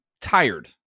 tired